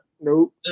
Nope